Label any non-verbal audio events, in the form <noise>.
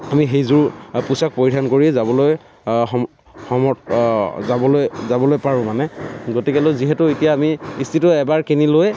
আমি সেইযোৰ পোছাক পৰিধান কৰি যাবলৈ সম যাবলৈ যাবলৈ পাৰোঁ মানে গতিকে <unintelligible> যিহেতু এতিয়া আমি ইস্ত্ৰিটো এবাৰ কিনি লৈ